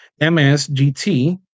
MSGT